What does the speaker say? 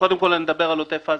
קודם כול, אני מדבר על עוטף עזה.